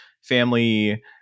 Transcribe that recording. family